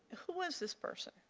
who was this person?